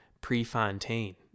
Prefontaine